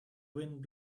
wind